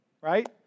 right